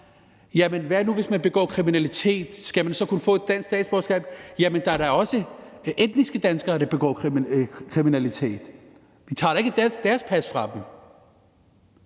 Jamen hvad nu, hvis man begår kriminalitet, skal man så kunne få et dansk statsborgerskab? Men der er da også etniske danskere, der begår kriminalitet. Vi tager da ikke deres pas fra dem.